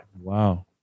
Wow